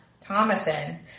Thomason